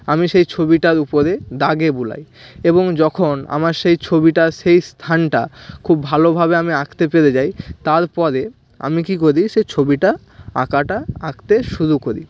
আমি সেই ছবিটার উপরে দাগে বোলাই এবং যখন আমার সেই ছবিটা সেই স্থানটা খুব ভালোভাবে আমি আঁকতে পেরে যাই তারপরে আমি কি করি সে ছবিটা আঁকাটা আঁকতে শুরু করি